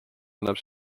annab